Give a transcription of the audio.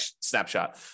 snapshot